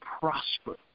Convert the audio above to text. prosper